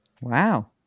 Wow